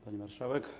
Pani Marszałek!